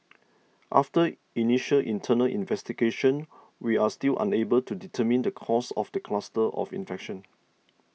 after initial internal investigation we are still unable to determine the cause of the cluster of infection